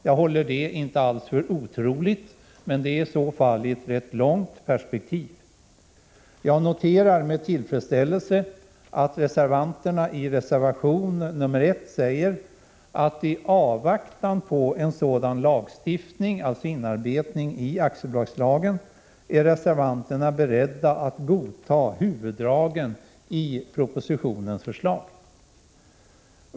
Jag håller det inte för otroligt, men det är i så fall i ett långt perspektiv. Jag noterar med tillfredsställelse att reservanterna i reservation 1 säger att i avvaktan på en sådan lagstiftning, alltså inarbetning i aktiebolagslagen, är reservanterna beredda att godta huvuddragen i propositionens förslag.